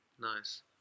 Nice